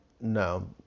No